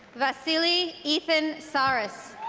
vasily ethan sarris